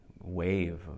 wave